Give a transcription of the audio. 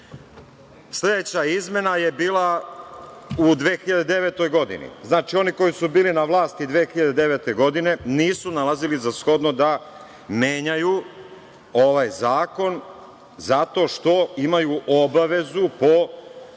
Srbije. Sledeća izmena je bila u 2009. godini. Znači, oni koji su bili na vlasti 2009. godine nisu nalazili za shodno da menjaju ovaj zakon, zato što imaju obavezu po